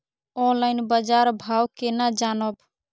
Online बाजार भाव केना जानब?